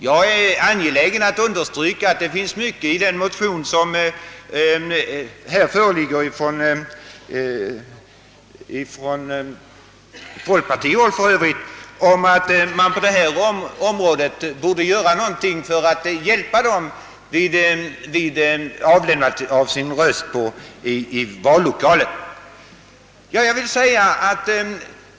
Jag är angelägen att understryka att det ligger mycket i den motion som här föreligger från folkpartihåll att man på detta område borde göra någonting för att hiälpa dem vid röstavlämnandet i vallokalen.